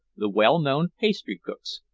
the well-known pastry-cook's,